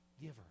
giver